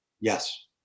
Yes